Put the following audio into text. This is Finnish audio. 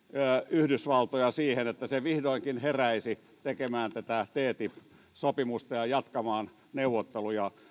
yhdysvaltoja siihen että se vihdoinkin heräisi tekemään tätä ttip sopimusta ja jatkamaan neuvotteluja